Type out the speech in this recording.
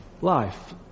life